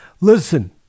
Listen